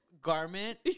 Garment